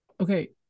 okay